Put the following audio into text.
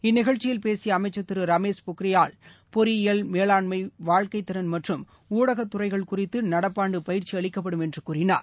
இந்நிகழ்ச்சியில் பேசிய அமைச்சர் திரு ரமேஷ் பொக்ரியால் பொறியியல் மேலாண்மை வாழ்க்கை திறன் மற்றும் ஊடகத்துறைகள் குறித்து நடப்பாண்டு பயிற்சி அளிக்கப்படும் என்று கூறினார்